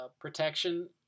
protection